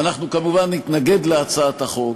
ואנחנו, כמובן, נתנגד להצעת החוק.